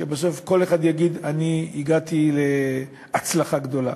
ובסוף כל אחד יגיד: אני הגעתי להצלחה גדולה.